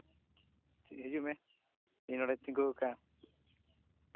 ᱦᱤᱡᱩᱜ ᱢᱤᱫ ᱦᱚᱲᱮ ᱛᱤᱸᱜᱩ ᱠᱟᱜᱼᱟ